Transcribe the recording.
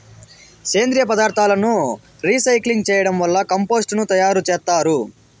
సేంద్రీయ పదార్థాలను రీసైక్లింగ్ చేయడం వల్ల కంపోస్టు ను తయారు చేత్తారు